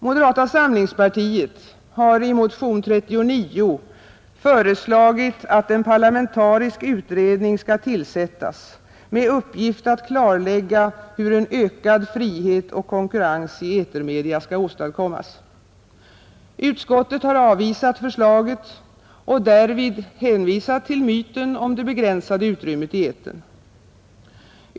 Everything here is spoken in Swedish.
Moderata samlingspartiet har i motion 39 föreslagit att en parlamentarisk utredning skall tillsättas med uppgift att klarlägga hur en ökad frihet och konkurrens i etermedia skall åstadkommas. Utskottet har avstyrkt förslaget och därvid hänvisat till myten om det begränsade utrymmet i etern.